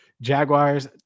jaguars